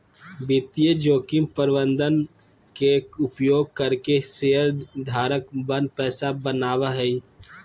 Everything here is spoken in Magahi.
वित्तीय जोखिम प्रबंधन के उपयोग करके शेयर धारक पन पैसा बनावय हय